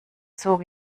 zog